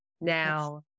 Now